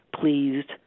pleased